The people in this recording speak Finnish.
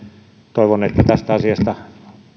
toivon että tästä asiasta